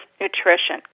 nutrition